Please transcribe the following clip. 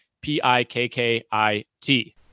P-I-K-K-I-T